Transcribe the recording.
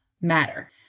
matter